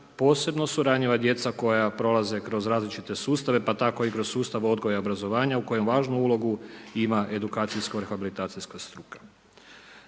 posebno su ranjiva djeca koja prolaze kroz različite sustave, pa tako i kroz sustav odgoja i obrazovanja u kojem važnu ulogu ima edukacijsko-rehabilitacijska struka.